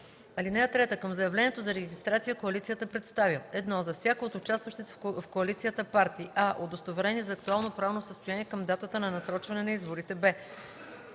(3) Към заявлението за регистрация коалицията представя: 1. за всяка от участващите в коалицията партии: а) удостоверение за актуално правно състояние към датата на насрочване на изборите; б)